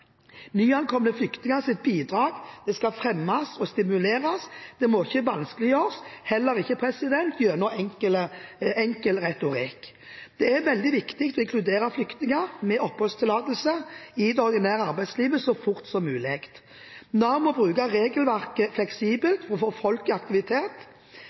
Nyankomne flyktningers bidrag skal fremmes og stimuleres. Det må ikke vanskeliggjøres, heller ikke gjennom enkel retorikk. Det er veldig viktig å inkludere flyktninger med oppholdstillatelse i det ordinære arbeidslivet så fort som mulig. Nav må bruke regelverket fleksibelt for å få folk i aktivitet.